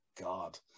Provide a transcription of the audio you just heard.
God